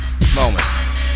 Moment